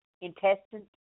intestines